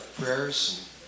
prayers